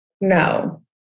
No